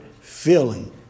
feeling